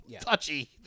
touchy